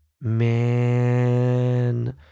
Man